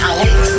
Alex